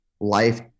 life